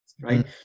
right